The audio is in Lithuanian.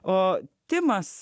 o timas